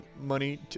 money